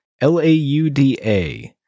L-A-U-D-A